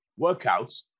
workouts